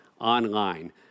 online